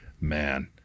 man